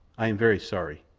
ay am very sorry.